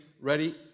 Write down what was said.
Ready